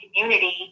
community